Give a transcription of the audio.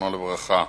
זיכרונו לברכה,